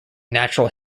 natural